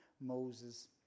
Moses